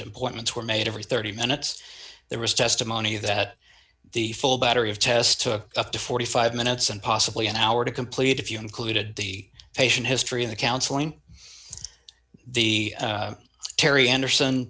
employments were made every thirty minutes there was testimony that the full battery of tests took up to forty five minutes and possibly an hour to complete if you included the patient history of the counseling the terry anderson